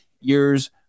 years